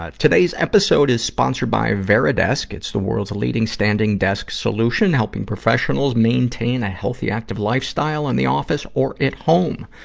ah today's episode is sponsored by varidesk. it's the world's leading standing desk solution, helping professionals maintain a healthy, active lifestyle in the office or at home.